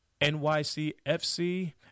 NYCFC